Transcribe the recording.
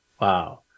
Wow